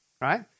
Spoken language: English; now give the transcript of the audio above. right